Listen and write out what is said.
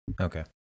Okay